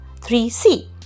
3C